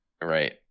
right